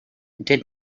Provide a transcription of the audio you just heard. did